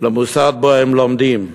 למוסד שבו הם לומדים.